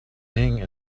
being